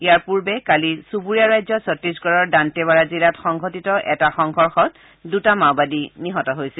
ইয়াৰ পূৰ্বে কালি চুবৰীয়া ৰাজ্য ছত্তিশগড়ৰ দান্তেৱাৰা জিলাত সংঘটিত এটা সংঘৰ্ষত দুটা মাওবাদী নিহত হৈছিল